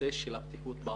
לנושא הבטיחות בעבודה.